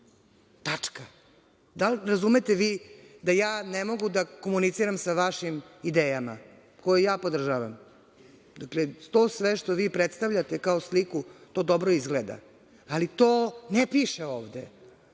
Tačka. Da li razumete da ja ne mogu da komuniciram sa vašim idejama, koje ja podržavam? Dakle, to vi sve što predstavljate kao sliku, to dobro izgleda, ali to ne piše ovde.